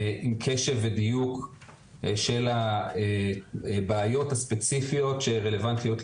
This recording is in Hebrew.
עם קשב ודיוק של הבעיות הספציפיות שרלוונטיות לילדים.